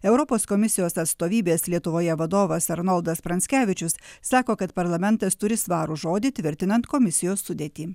europos komisijos atstovybės lietuvoje vadovas arnoldas pranckevičius sako kad parlamentas turi svarų žodį tvirtinant komisijos sudėtį